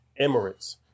emirates